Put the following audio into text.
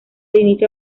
inicio